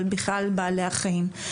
על בכלל בעלי החיים.